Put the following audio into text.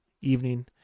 evening